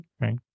Right